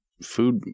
Food